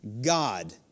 God